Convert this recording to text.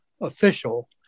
official